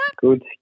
Good